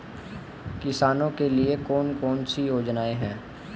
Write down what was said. किसानों के लिए कौन कौन सी योजनाएं हैं?